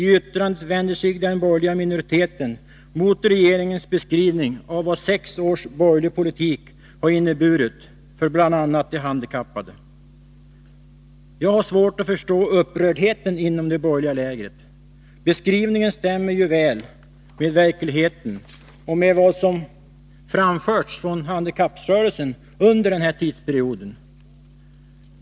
I yttrandet vänder sig den borgerliga minoriteten mot regeringens beskrivning av vad sex års borgerlig politik har inneburit för bl.a. de handikappade. Jag har svårt att förstå upprördheten inom det borgerliga lägret. Beskrivningen stämmer ju väl med verkligheten och med vad som framförts från handikapprörelsen under den här tidsperioden.